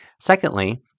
Secondly